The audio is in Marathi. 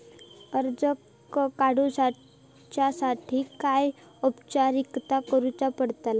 कर्ज काडुच्यासाठी काय औपचारिकता करुचा पडता?